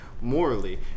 morally